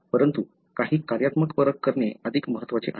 परंतु काही कार्यात्मक परख करणे अधिक महत्त्वाचे आहे